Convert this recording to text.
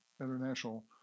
international